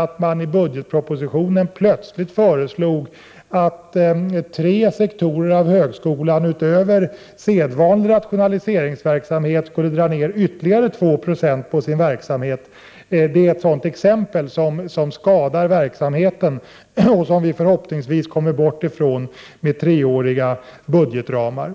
Att man i budgetpropositionen plötsligt föreslog att tre sektorer av högskolan utöver sedvanlig rationaliseringsverksamhet skulle dra ned ytterligare 2 20 på sin verksamhet är ett exempel på sådant som skadar verksamheten och som vi förhoppningsvis kommer bort ifrån med treåriga budgetramar.